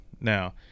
Now